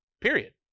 period